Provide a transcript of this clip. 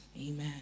Amen